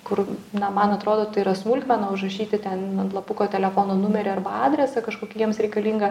kur na man atrodo tai yra smulkmena užrašyti ten ant lapuko telefono numerį arba adresą kažkokį jiems reikalingą